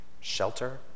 shelter